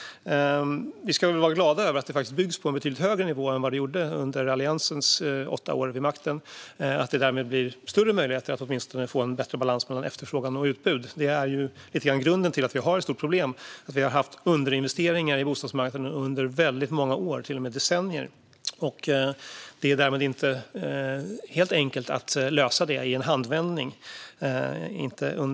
Vi ska vara glada över att det byggs på en betydligt högre nivå än under Alliansens åtta år vid makten och att det därmed blir större möjligheter att åtminstone få en bättre balans mellan efterfrågan och utbud. Grunden till att vi har ett stort problem är att vi har haft underinvesteringar i bostadsmarknaden under väldigt många år, till och med decennier. Detta är inte helt enkelt att lösa i en handvändning.